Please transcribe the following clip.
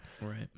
Right